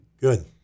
Good